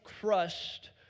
crushed